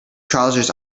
trousers